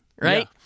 right